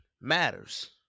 matters